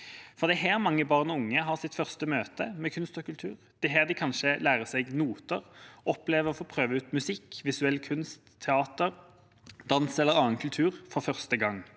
Det er her mange barn og unge har sitt første møte med kunst og kultur. Det er her de kanskje lærer seg noter, opplever å få prøve ut musikk, visuell kunst, teater, dans eller annen kultur for første gang.